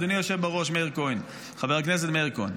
אדוני היושב בראש חבר הכנסת מאיר כהן,